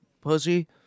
pussy